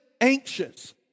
anxious